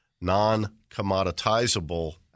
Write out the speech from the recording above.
non-commoditizable